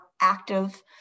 active